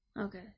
Okay